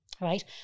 right